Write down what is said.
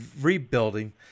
rebuilding